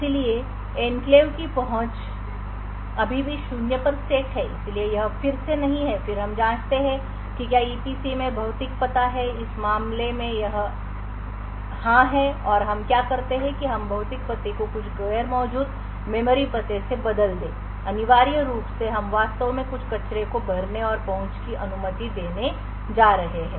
इसलिए एन्क्लेव की पहुंच अभी भी शून्य पर सेट है इसलिए यह फिर से नहीं है और फिर हम जांचते हैं कि क्या ईपीसी में भौतिक पता है कि इस मामले में यह हां है और हम क्या करते हैं कि हम भौतिक पते को कुछ गैर मौजूद मेमोरी पते से बदल दें अनिवार्य रूप से हम वास्तव में कुछ कचरे को भरने और पहुंच की अनुमति देने जा रहे हैं